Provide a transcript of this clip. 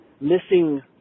missing